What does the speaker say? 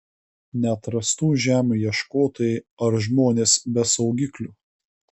neatrastų žemių ieškotojai ar žmonės be saugiklių